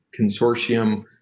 Consortium